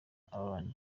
rnb